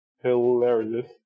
hilarious